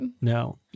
No